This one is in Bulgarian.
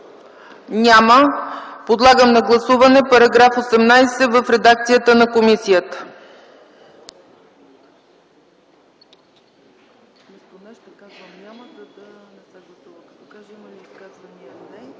Няма. Подлагам на гласуване § 18 в редакцията на комисията.